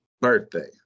birthday